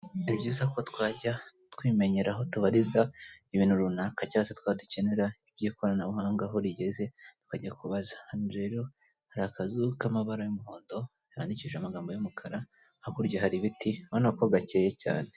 Ni byiza ko twajya twimenyera aho tubariza ibintu runaka cyangwa se twaba dukenera iby'ikoranabuhanga aho rigeze tukajya kubaza, hano rero hari akazu k'amabara y'umuhondo yandikishije amagambo y'umukara, hakurya hari ibiti ubona ko gakeye cyane.